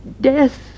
Death